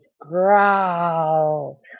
Growl